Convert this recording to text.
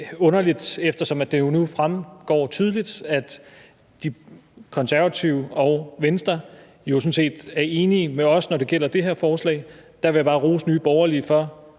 underligt, eftersom det nu fremgår tydeligt, at De Konservative og Venstre jo sådan set er enige med os, når det gælder det her forslag. Der vil jeg bare rose Nye Borgerlige for